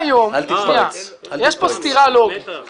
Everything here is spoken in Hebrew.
יש פה סתירה לוגית